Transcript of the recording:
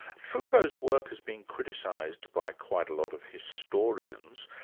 foucault's work has been criticised by quite a lot of historians,